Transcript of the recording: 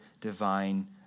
divine